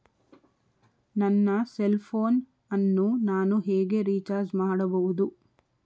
ನನ್ನ cell phone ಅನ್ನು ನಾನು ಹೇಗೆ ರಿಚಾರ್ಜ್ ಮಾಡಬಹುದು?